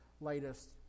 latest